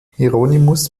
hieronymus